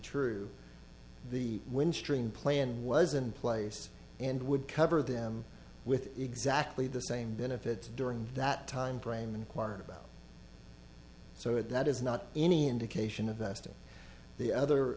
true the windstream plan wasn't place and would cover them with exactly the same benefits during that time frame inquired about so that is not any indication of us to the other